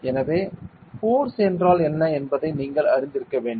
எனவே ஃபோர்ஸ் என்றால் என்ன என்பதை நீங்கள் அறிந்திருக்க வேண்டும்